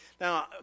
Now